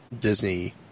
Disney